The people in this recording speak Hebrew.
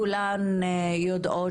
כולן יודעות